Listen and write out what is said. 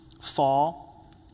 fall